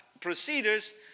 procedures